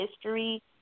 history